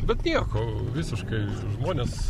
bet nieko visiškai žmonės